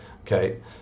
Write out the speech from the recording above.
okay